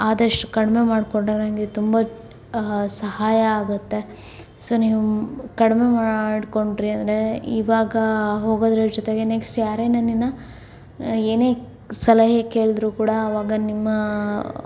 ಆದಷ್ಟು ಕಡಿಮೆ ಮಾಡಿಕೊಂಡ್ರೆ ನನಗೆ ತುಂಬ ಸಹಾಯ ಆಗತ್ತೆ ಸೊ ನೀವು ಕಡಿಮೆ ಮಾಡ್ಕೊಂಡ್ರಿ ಅಂದರೆ ಇವಾಗ ಹೋಗೋದರ ಜೊತೆಗೆ ನೆಕ್ಸ್ಟ್ ಯಾರೇ ನನ್ನನ್ನು ಏನೇ ಸಲಹೆ ಕೇಳಿದರೂ ಕೂಡ ಆವಾಗ ನಿಮ್ಮ